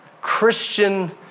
Christian